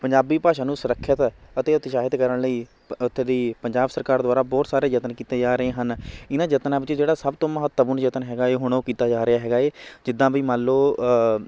ਪੰਜਾਬੀ ਭਾਸ਼ਾ ਨੂੰ ਸੁਰੱਖਿਅਤ ਅਤੇ ਉਤਸ਼ਾਹਿਤ ਕਰਨ ਲਈ ਉੱਥੇ ਦੀ ਪੰਜਾਬ ਸਰਕਾਰ ਦੁਆਰਾ ਬਹੁਤ ਸਾਰੇ ਯਤਨ ਕੀਤੇ ਜਾ ਰਹੇ ਹਨ ਇਹਨਾਂ ਯਤਨਾਂ ਵਿੱਚ ਜਿਹੜਾ ਸਭ ਤੋਂ ਮਹੱਤਵਪੂਰਨ ਯਤਨ ਹੈਗਾ ਹੈ ਹੁਣ ਉਹ ਕੀਤਾ ਜਾ ਰਿਹਾ ਹੈਗਾ ਹੈ ਜਿੱਦਾਂ ਬਈ ਮੰਨ ਲਉ